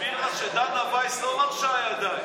תסביר לה שדנה ויס לא מרשה ידיים.